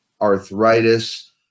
arthritis